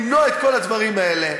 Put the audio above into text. למנוע את כל הדברים האלה,